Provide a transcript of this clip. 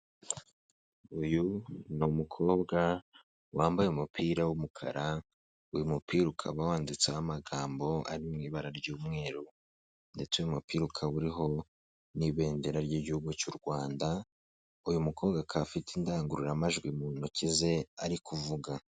Uyu ni umukobwa wambaye umupira w'umukara, uyu mupira ukaba wanditseho amagambo ari mu ibara ry'umweru, ndetse uyu mupira ukaba uriho n'ibendera ry'igihugu cy'u Rwanda, uyu mukobwa akaba afite indangururamajwi mu ntoki ze ari kuvuga.